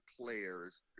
players